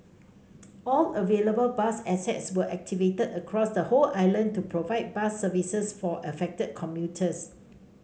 all available bus assets were activated across the whole island to provide bus service for affected commuters